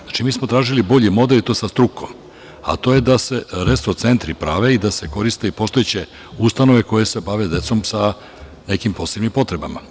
Znači, mi smo tražili bolji model i to sa strukom, a to je da se restro centri prave i da se koriste i postojeće ustanove koje se bave decom sa nekim posebnim potrebama.